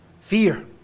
Fear